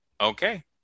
Okay